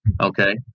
Okay